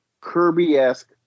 kirby-esque